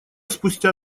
спустя